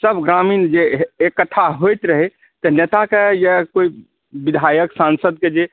सभ ग्रामीण जे इकठ्ठा होइत रहै तऽ नेताके या कोई विधायक सान्सदके जे